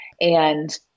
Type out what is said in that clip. and-